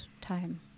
time